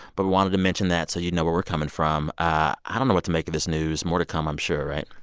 but we wanted to mention that, so you'd know where we're coming from. i don't know what to make of this news. more to come, i'm sure, right?